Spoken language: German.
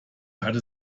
hatte